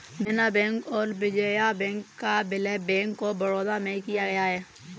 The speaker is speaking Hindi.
देना बैंक और विजया बैंक का विलय बैंक ऑफ बड़ौदा में किया गया है